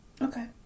Okay